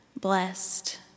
blessed